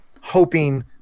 hoping